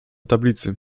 tablicy